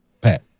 Pat